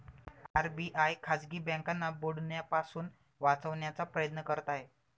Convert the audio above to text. RBI खाजगी बँकांना बुडण्यापासून वाचवण्याचा प्रयत्न करत आहे